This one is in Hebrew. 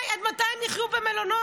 עד מתי הם יחיו במלונות?